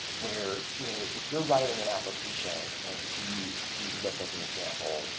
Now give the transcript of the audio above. where you know if you're writing an application, and to use to use lyft as an example,